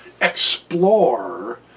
explore